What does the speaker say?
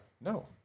No